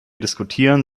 diskutieren